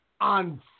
on